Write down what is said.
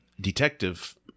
detective